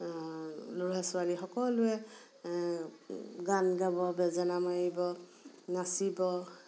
ল'ৰা ছোৱালী সকলোৱে গান গাব বাজনা মাৰিব নাচিব